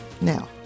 now